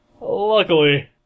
Luckily